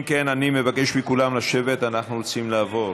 אם כן, אני מבקש מכולם לשבת, אנחנו רוצים לעבור